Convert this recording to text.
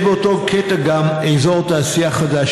יש באותו קטע גם אזור תעשייה חדש,